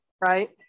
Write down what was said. right